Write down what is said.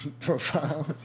profile